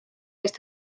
eest